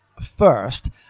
first